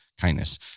kindness